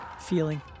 feeling